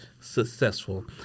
successful